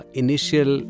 initial